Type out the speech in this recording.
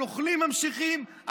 הנוכלים ממשיכים,